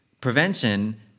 Prevention